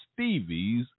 Stevies